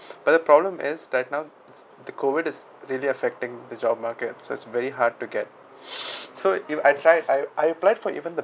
but the problem is that now the COVID is really affecting the job markets it's very hard to get so if I try I I applied for even the